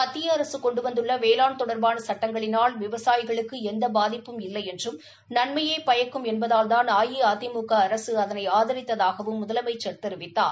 மத்திய அரசு கொண்டு வந்துள்ள வேளாண் தொடர்பான சட்டங்களினால் விவசாயிகளுக்கு எந்த பாதிப்பும் இல்லை என்றும் நன்மையே பயக்கும் என்பதால்தான் அஇஅதிமுக அரசு அஅதனை ஆதரித்ததாகவும முதலமைச்சர் தெரிவித்தார்